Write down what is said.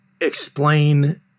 explain